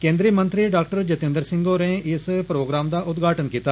केन्द्रीय मंत्री डा जितेन्द्र सिंह होरे इस प्रोग्राम दा उद्घाटन कीता